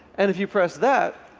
and if you press that,